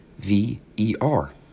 V-E-R